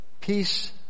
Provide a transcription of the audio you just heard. Peace